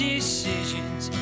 decisions